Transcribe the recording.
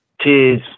Cheers